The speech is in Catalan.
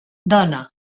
dona